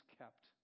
kept